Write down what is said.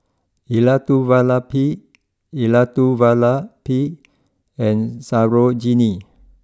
Elattuvalapil Elattuvalapil and Sarojini